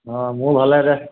অঁ মোৰো ভালেই দে